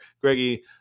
Greggy